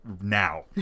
now